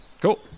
Cool